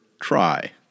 try